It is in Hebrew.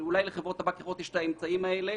אולי לחברות טבק אחרות יש את האמצעים האלה.